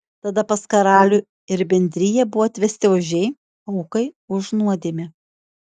tada pas karalių ir bendriją buvo atvesti ožiai aukai už nuodėmę